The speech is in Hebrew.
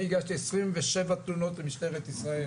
אני הגשתי 27 תלונות למשטרת ישראל